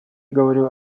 говорю